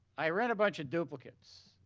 i read about your duplicates.